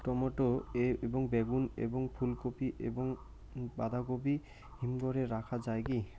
Tomato এবং বেগুন এবং ফুলকপি এবং বাঁধাকপি হিমঘরে রাখা যায় কি?